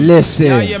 Listen